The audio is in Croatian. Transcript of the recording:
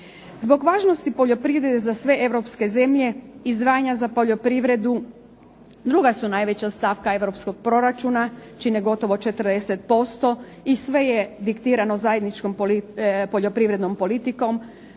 Zbog važnosti poljoprivrede za sve europske zemlje, izdvajanja za poljoprivredu druga su najveća stavka europskog proračuna, čine gotovo 40% i sve je diktirano zajedničkom poljoprivrednom politikom.